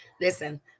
listen